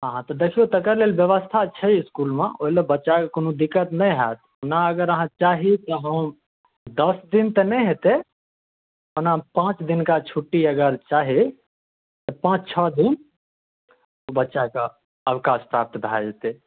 हँ हँ तऽ देखियौ तकर लेल ब्यवस्था छैइसकुलमे ओहिमे बच्चा के कोनो दिकत नहि होयत ओना अगर आहाँ चाही तऽ हम दस दिन तऽ नहि हेतै ओना पाँच दिनका छुट्टी अगर चाही तऽ पाँच छओ दिन बच्चाके अवकाश प्राप्त भए जेतै